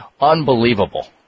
Unbelievable